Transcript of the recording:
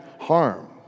harm